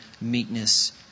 meekness